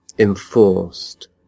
enforced